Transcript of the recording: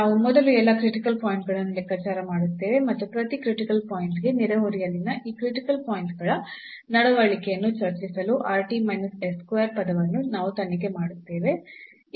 ನಾವು ಮೊದಲು ಎಲ್ಲಾ ಕ್ರಿಟಿಕಲ್ ಪಾಯಿಂಟ್ ಗಳನ್ನು ಲೆಕ್ಕಾಚಾರ ಮಾಡುತ್ತೇವೆ ಮತ್ತು ಪ್ರತಿ ಕ್ರಿಟಿಕಲ್ ಪಾಯಿಂಟ್ ಗೆ ನೆರೆಹೊರೆಯಲ್ಲಿನ ಆ ಕ್ರಿಟಿಕಲ್ ಪಾಯಿಂಟ್ ಗಳ ನಡವಳಿಕೆಯನ್ನು ಚರ್ಚಿಸಲುrt minus s square ಪದವನ್ನು ನಾವು ತನಿಖೆ ಮಾಡುತ್ತೇವೆ